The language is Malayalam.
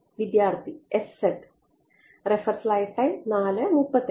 വിദ്യാർത്ഥി s z